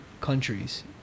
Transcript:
countries